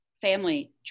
family